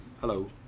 Hello